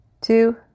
two